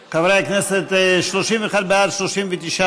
בר, עמיר פרץ, איתן